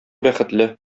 бәхетле